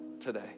today